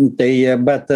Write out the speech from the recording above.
tai bet